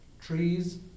trees